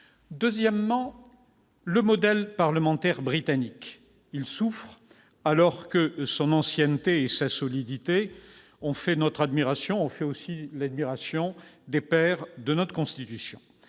Deuxièmement, le modèle parlementaire britannique souffre, alors que son ancienneté et sa solidité ont fait notre admiration, ainsi que celle des pères de notre Constitution.